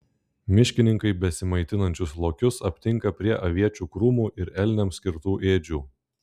miškininkai besimaitinančius lokius aptinka prie aviečių krūmų ir elniams skirtų ėdžių